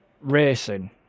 racing